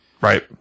Right